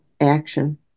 action